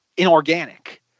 inorganic